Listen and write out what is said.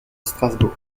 strasbourg